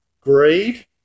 greed